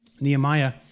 Nehemiah